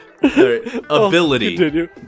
Ability